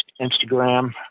Instagram